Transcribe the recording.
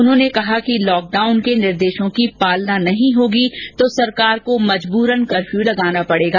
उन्होंने कहा कि लॉकडाउन के निर्देशों की पालना नहीं होगी तो सरकार को मजबरन कर्फ्यू लगाना पड़ेगा